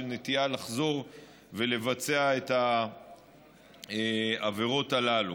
נטייה לחזור ולבצע את העבירות הללו.